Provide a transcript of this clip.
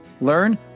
learn